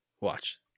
watch